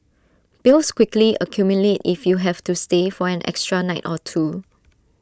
bills quickly accumulate if you have to stay for an extra night or two